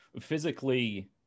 physically